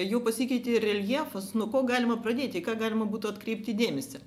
jų pasikeitė reljefas nuo ko galima pradėti į ką galima būtų atkreipti dėmesį